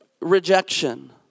rejection